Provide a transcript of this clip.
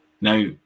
Now